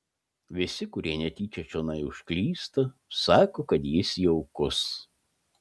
visi kurie netyčia čionai užklysta sako kad jis jaukus